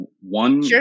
one